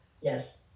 Yes